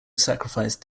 sacrificed